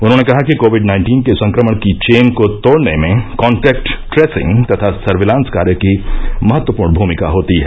उन्होंने कहा कि कोविड नाइन्टीन के संक्रमण की चेन को तोड़ने में कॉन्टैक्ट ट्रेसिंग तथा सर्विलांस कार्य की महत्वपूर्ण भूमिका होती है